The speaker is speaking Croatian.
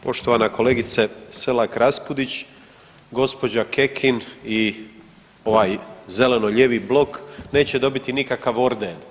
Poštovana kolegice Selak-Raspudić, gospođa Kekin i ovaj Zeleno lijevi blok neće dobiti nikakav orden.